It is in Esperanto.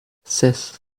ses